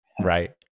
right